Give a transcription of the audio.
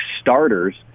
starters